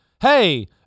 hey